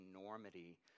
enormity